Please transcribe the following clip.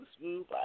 Smooth